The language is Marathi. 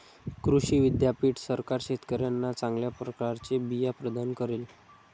कृषी विद्यापीठ सरकार शेतकऱ्यांना चांगल्या प्रकारचे बिया प्रदान करेल